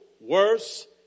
worse